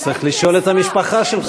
שר לשם שינוי?